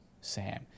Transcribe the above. Sam